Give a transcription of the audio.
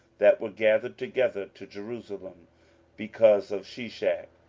that were gathered together to jerusalem because of shishak,